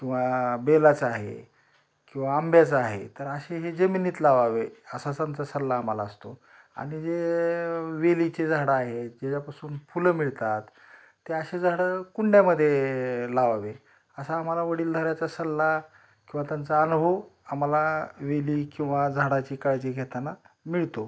किंवा बेलाचं आहे किंवा आंब्याचं आहे तर अशी हे जमिनीत लावावे असा त्यांचा सल्ला आम्हाला असतो आणि जे वेलीचे झाडं आहे ज्याच्यापासून फुलं मिळतात ते अशे झाडं कुंड्यामध्ये लावावे असा आम्हाला वडीलधाऱ्याचा सल्ला किंवा त्यांचा अनुभव आम्हाला वेली किंवा झाडाची काळजी घेताना मिळतो